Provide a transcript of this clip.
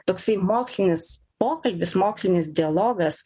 toksai mokslinis pokalbis mokslinis dialogas